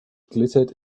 glittered